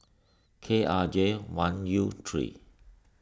K R J one U three